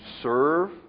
serve